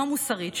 לא מוסרית,